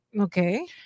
Okay